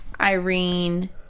Irene